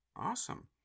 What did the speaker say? Awesome